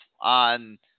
on